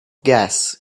gas